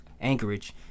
Anchorage